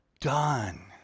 done